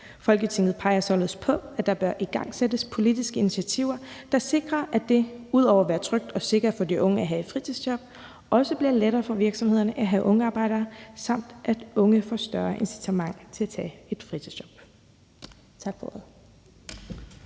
Folketinget peger således på, at der bør igangsættes politiske initiativer, der sikrer, at det ud over at være trygt og sikkert for de unge at have et fritidsjob også bliver lettere for virksomheder at have ungarbejdere, og at unge får større incitament til at tage et fritidsjob«. (Forslag